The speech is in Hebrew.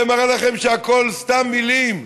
זה מראה לכם שהכול סתם מילים,